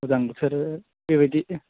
उदां बोथोर बेबायदि